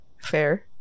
fair